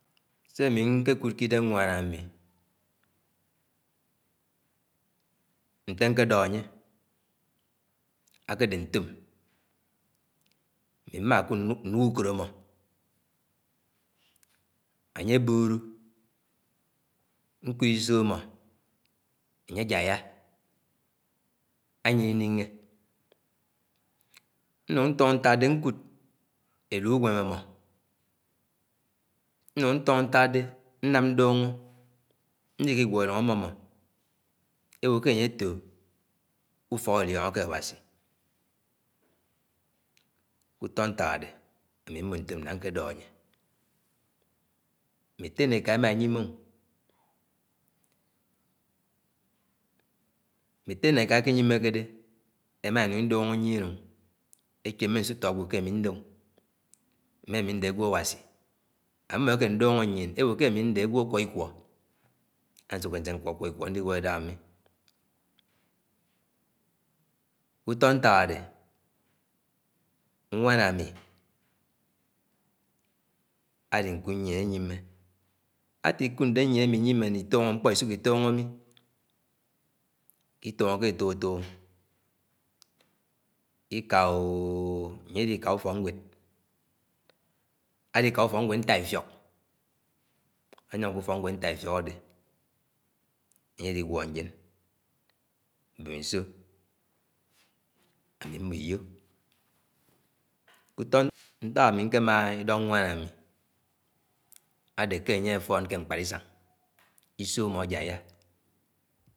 Sé ámi nƙekúd ki-idẽm ñwán ámi nté nké dọ ánye aƙedé ntõom. Ámi mmã kũd nñik-ùkõd ãmọ anye bõrõ, nkũd isõ ámọ emye jáya anyie inínge. Ñung ntọnọ ntãk ite ñƙud elũo-ùñwem ám̃ọ ñnuñgo ñtõño nták de ñam ñdũñgo ñniki guọ ilũng ámm̃omó éwó ké ánye àtó ùfọk èlíoñgoké. Áwásí, kũ-ùtó ntãk adi ámm̃o ntoom na nkédọ ánye. Èdé ne èká émáeñyim̃e, etti ñe èká èlíenýimekekédé émãénũng ìdũñgo ñyìen eche mme nsútọ agwo kéámì ndé mm̃e ámì ndi ágwo Áwasi. Amm̃o elíedũñgo ñyien ewo ké ami ndè ag̱wo áƙwọ ìkwọ, ánséké ñsúk ñkwọ-ƙwọ ìkwọ nigũọ ìdéhá mi. Kú-utọ nták adé nwan ám̃i aliƙud nýien ányim̃e. Átiƙud ndé ñyien ámí ìnýim̃e ni-itọngo mkpọ ìsũkó ìtóñgo mi, ìtõngo ke etok-étók o iƙa ooo’ anye àlikã ùfọknwẽd, àlikã ùfọknwed ntá-ifiók adé añye aliguọ njen mɓem̃iso